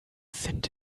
sind